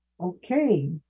Okay